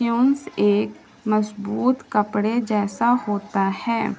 کیونس ایک مضبوط کپڑے جیسا ہوتا ہے